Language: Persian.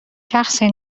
شخصی